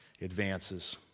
advances